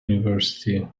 university